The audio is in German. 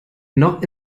noch